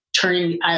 turning